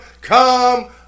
Come